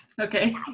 Okay